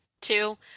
two